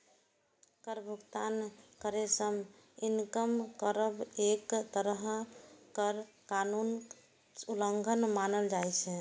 कर भुगतान करै सं इनकार करब एक तरहें कर कानूनक उल्लंघन मानल जाइ छै